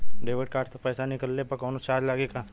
Debit card से पैसा निकलले पर कौनो चार्ज लागि का?